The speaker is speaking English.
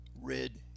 Red